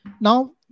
Now